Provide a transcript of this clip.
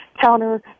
counter